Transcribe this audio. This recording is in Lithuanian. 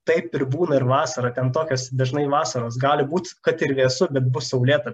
taip ir būna ir vasarą ten tokios dažnai vasaros gali būt kad ir vėsu bet bus saulėta